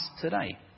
today